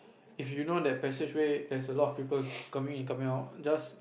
if you know that passageway there's a lot of people coming in coming out just